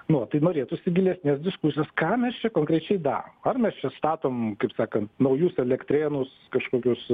nu va tai norėtųsi gilesnės diskusijos ką mes čia konkrečiai darom ar nusistatom kaip sakant naujus elektrėnus kažkokius